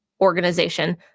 organization